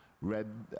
read